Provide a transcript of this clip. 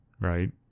right